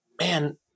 man